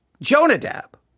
Jonadab